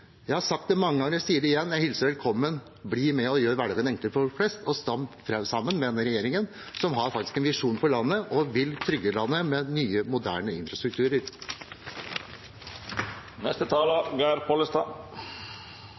Jeg har sagt det mange ganger, og jeg sier det igjen: Jeg hilser dem velkommen. Bli med og gjør hverdagen enklere for folk flest, og stem sammen med denne regjeringen, som faktisk har en visjon for landet og vil trygge landet med ny, moderne